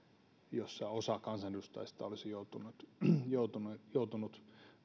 osa kansanedustajista olisi joutunut joutunut